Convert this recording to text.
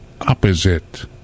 opposite